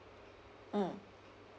mm